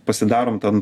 pasidarom ten